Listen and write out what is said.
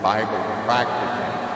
Bible-practicing